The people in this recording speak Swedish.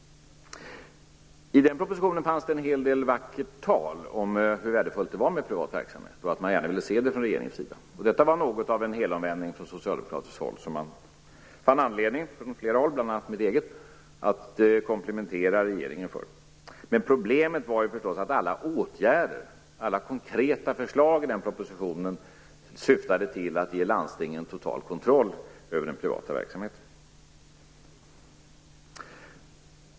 I den propositionen fanns det en hel del vackert tal om hur värdefullt det var med privat verksamhet och att man från regeringen gärna ville se en sådan. Det var något av en helomvändning av socialdemokraterna som man från flera håll - bl.a. från mitt eget håll - fann anledning att komplimentera regeringen för. Men problemet var ju att alla åtgärder och konkreta förslag syftade till att ge landstingen total kontroll över den privata verksamheten.